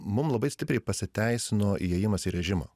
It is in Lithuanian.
mum labai stipriai pasiteisino įėjimas į režimą